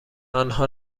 آنها